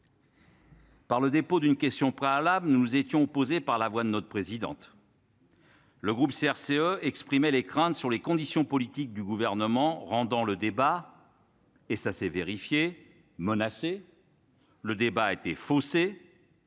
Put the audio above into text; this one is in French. Par le dépôt d'une question préalable, nous étions opposés par la voix de notre présidente. Le groupe CRCE exprimé les craintes sur les conditions politiques du gouvernement, rendant le débat et ça s'est vérifié menacée. Le débat a été faussé